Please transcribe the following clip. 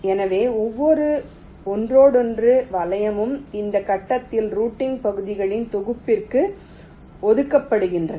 எனவே ஒவ்வொரு ஒன்றோடொன்று வலை இந்த கட்டத்தில் ரூட்டிங் பகுதிகளின் தொகுப்பிற்கு ஒதுக்கப்படுகிறது